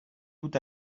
tout